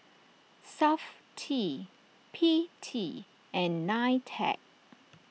Safti P T and Nitec